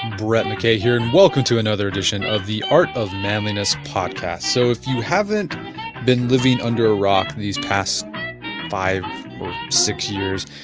and brett mckay here and welcome to another edition of the art of manliness podcast. so if you haven't been living under a rock these past five or six years,